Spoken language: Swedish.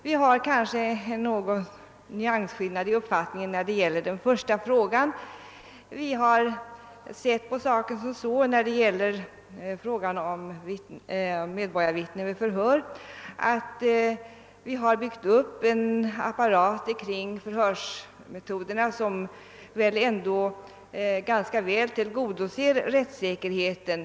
Beträffande frågan om medborgarvittnen vid förhör råder kanske någon nyansskillnad i uppfattningen. Utskottsmajoriteten anser att den apparat som har byggts upp kring förhörsmetoderna ganska väl tillgodoser rättssäkerheten.